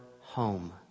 home